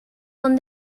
con